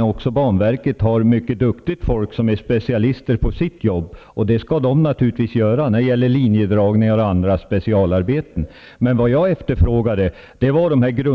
även banverket, har mycket duktigt folk som är specialister på sitt jobb, linjedragningar och andra specialarbeten, och detta jobb skall de naturligtvis göra.